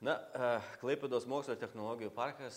na ach klaipėdos mokslo ir technologijų parkas